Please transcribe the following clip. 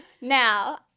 now